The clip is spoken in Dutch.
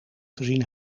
gezien